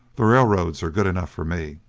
the railroads are good enough for me.